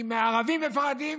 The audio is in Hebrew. כי מהערבים מפחדים.